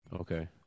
Okay